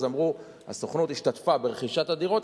אמרו: הסוכנות השתתפה ברכישת הדירות,